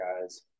guys